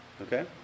Okay